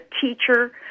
teacher